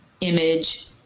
image